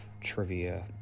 trivia